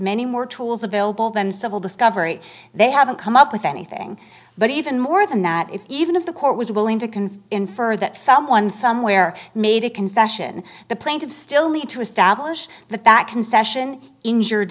many more tools available than civil discovery they haven't come up with anything but even more than that if even if the court was willing to confer infer that someone somewhere made a concession the plaintiffs still need to establish that that concession injured